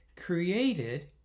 created